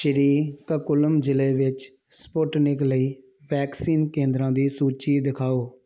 ਸ਼੍ਰੀ ਕਾਕੁਲਮ ਜ਼ਿਲ੍ਹੇ ਵਿੱਚ ਸਪੁਟਨਿਕ ਲਈ ਵੈਕਸੀਨ ਕੇਂਦਰਾਂ ਦੀ ਸੂਚੀ ਦਿਖਾਓ